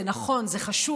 זה נכון, זה חשוב.